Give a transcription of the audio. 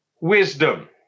wisdom